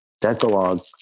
decalogue